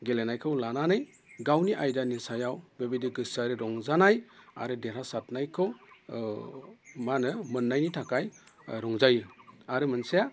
गेलेनायखौ लानानै गावनि आयदानि सायाव बेबायदि गोसोआरि रंजानाय आरो देरहासारनायखौ माहोनो मोननायनि थाखाय रंजायो आरो मोनसेया